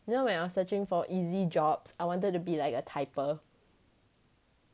you know when I was searching for easy jobs I wanted to be like a typer